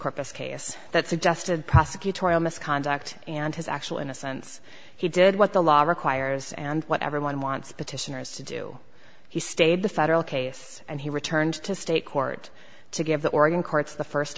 corpus case that suggested prosecutorial misconduct and his actual innocence he did what the law requires and what everyone wants petitioners to do he stayed the federal case and he returned to state court to give the oregon courts the first